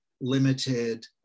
limited